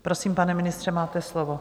Prosím, pane ministře, máte slovo.